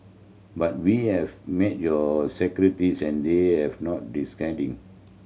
but we have met your secretaries and they have not